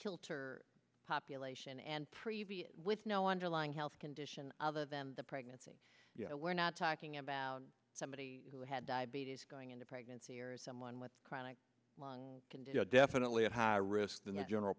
kilter population and previous with no underlying health condition other than the pregnancy you know we're not talking about somebody who had diabetes going into pregnancy or someone with chronic lung condition definitely a higher risk than the general